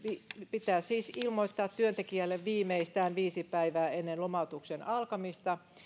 pitää siis ilmoittaa työntekijälle viimeistään viisi päivää ennen lomautuksen alkamista